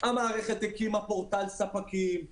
המערכת הקימה פורטל ספקים,